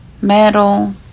Metal